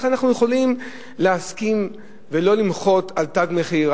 איך אנחנו יכולים להסכים ולא למחות על תג מחיר?